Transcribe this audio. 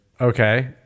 okay